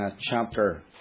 chapter